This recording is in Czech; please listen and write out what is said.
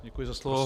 Děkuji za slovo.